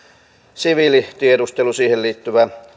siviilitiedustelu siihen liittyvä